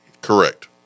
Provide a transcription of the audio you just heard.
Correct